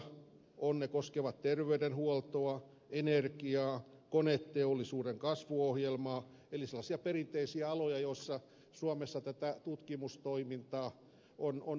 ne koskevat terveydenhuoltoa energiaa koneteollisuuden kasvua eli sellaisia perinteisiä aloja joilla suomessa tätä tutkimustoimintaa on muutoinkin